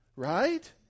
Right